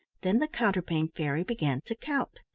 then the counterpane fairy began to count.